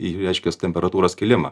į reiškias temperatūros kilimą